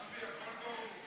אדוני היושב-ראש,